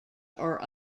are